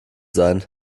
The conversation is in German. sein